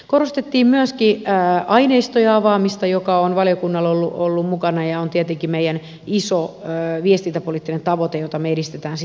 korostettiin myöskin aineistojen avaamista joka on valiokunnalla ollut mukana ja on tietenkin meidän iso viestintäpoliittinen tavoitteemme jota me edistämme sitten toisaalla